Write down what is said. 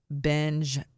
binge